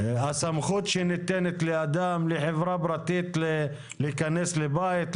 הסמכות שניתנת לחברה פרטית להיכנס לבית,